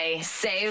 Save